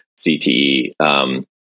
CTE